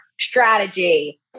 strategy